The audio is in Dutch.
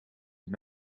een